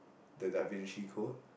the Da-Vinci Code